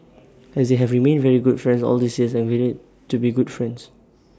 and they have remained very good friends all these years and to be good friends